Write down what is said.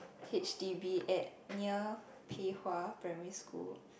h_d_b at near Pei-Hwa Primary school